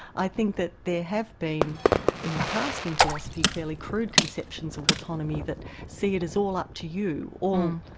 i think that there have been in the past in philosophy fairly crude conceptions of autonomy that see it as all up to you, all, um